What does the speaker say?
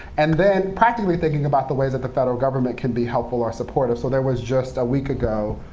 and then, practically thinking about the ways that the federal government can be helpful or supportive. so there was just a week ago,